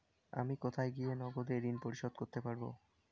আমি কোথায় গিয়ে নগদে ঋন পরিশোধ করতে পারবো?